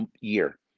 year